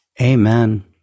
Amen